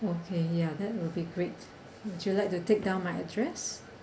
okay ya that will be great would you like to take down my address